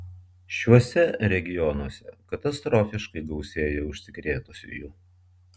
šiuose regionuose katastrofiškai gausėja užsikrėtusiųjų